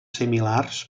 similars